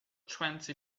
twenty